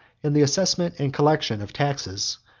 in the assessment and collection of taxes,